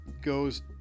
goes